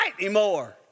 anymore